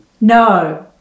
No